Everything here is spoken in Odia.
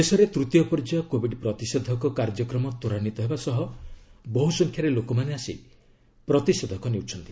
ଦେଶରେ ତୂତୀୟ ପର୍ଯ୍ୟାୟ କୋବିଡ୍ ପ୍ରତିଷେଧକ କାର୍ଯ୍ୟକ୍ରମ ତ୍ୱରାନ୍ୱିତ ହେବା ସହ ବହୁସଂଖ୍ୟାରେ ଲୋକମାନେ ଆସି ପ୍ରତିଷେଧକ ନେଉଛନ୍ତି